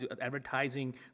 advertising